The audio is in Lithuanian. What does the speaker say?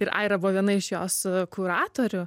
ir aira buvo viena iš jos kuratorių